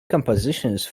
compositions